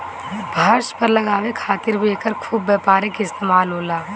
फर्श पर लगावे खातिर भी एकर खूब व्यापारिक इस्तेमाल होला